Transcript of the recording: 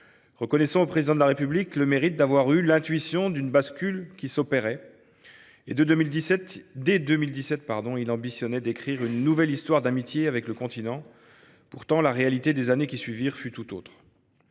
Reconnaissons au Président de la République le mérite d’avoir eu l’intuition qu’une bascule s’opérait. Dès 2017, il ambitionnait d’écrire une « nouvelle relation d’amitié » avec le continent. Pourtant, la réalité des années qui suivirent fut tout autre.